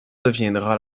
deviendra